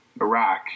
iraq